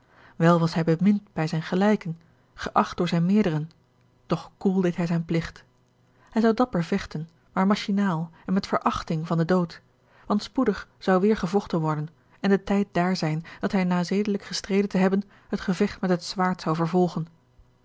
wel was hij bemind bij zijne gelijken geacht door zijne meerderen doch koel deed hij zijn pligt hij zou dapper vechten maar machinaal en met verachting van den dood want spoedig zou weêr gevochten worden en de tijd daar zijn dat hij na zedelijk gestreden te hebben het gevecht met het zwaard zou vervolgen